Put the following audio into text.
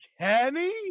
Kenny